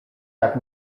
tak